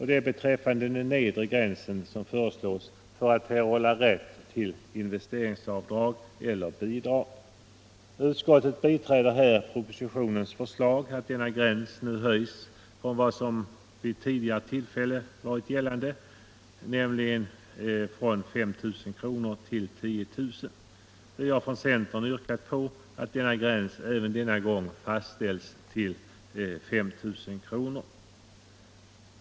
Det är beträffande den nedre gräns som föreslås för rätt till investeringsavdrag eller bidrag. Utskottsmajoriteten biträder propositionens förslag att denna gräns nu höjs från vad som tidigare varit gällande, nämligen 5 000 kr., till 10 000 kr. Vi har från centern yrkat att gränsen även denna gång fastställs till 5000 kr.